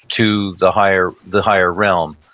to the higher the higher realm.